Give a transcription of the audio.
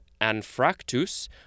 anfractus